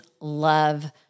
love